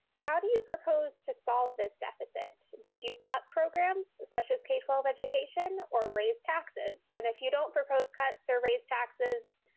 how do you propose to solve this deficit? would you cut programs such as k twelve education or raise taxes? and if you don't propose cuts or raise taxes,